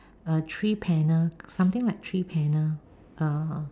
a three panel something like three panel uh